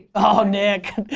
oh nick.